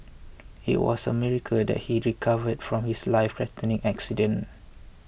it was a miracle that he recovered from his lifethreatening accident